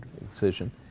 excision